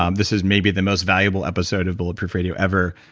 um this is maybe the most valuable episode of bulletproof radio, ever.